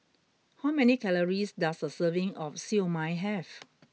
how many calories does a serving of Siew Mai have